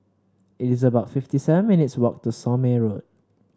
it is about fifty seven minutes' walk to Somme Road